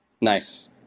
Nice